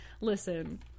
listen